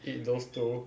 eat those two